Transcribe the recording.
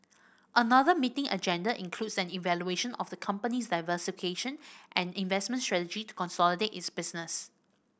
another meeting agenda includes an evaluation of the company's diversification and investment strategy to consolidate its business